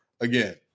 again